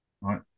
right